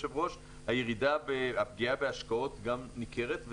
הפגיעה בהשקעות גם ניכרת,